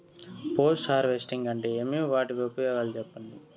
Post harvesting అంటే ఏమి? వాటి ఉపయోగాలు చెప్పండి?